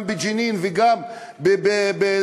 גם בג'נין וגם באל-ח'ליל,